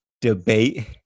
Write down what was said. debate